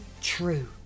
true